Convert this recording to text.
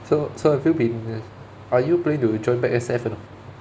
so so have you been are you planning to join back S_F or not